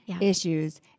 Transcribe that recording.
issues